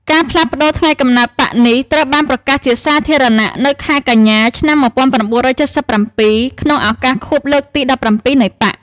ការផ្លាស់ប្តូរថ្ងៃកំណើតបក្សនេះ ត្រូវបានប្រកាសជាសាធារណៈនៅខែកញ្ញា ឆ្នាំ១៩៧៧ ក្នុងឱកាសខួបលើកទី១៧ នៃបក្ស។